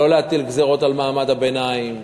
לא להטיל גזירות על מעמד הביניים,